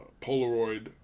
Polaroid